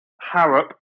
Harrop